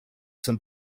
some